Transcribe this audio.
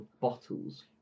bottles